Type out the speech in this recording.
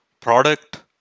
product